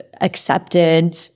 accepted